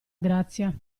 grazia